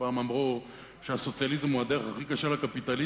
פעם אמרו שהסוציאליזם הוא הדרך הכי קשה לקפיטליזם,